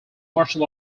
martial